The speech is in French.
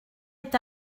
est